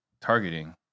targeting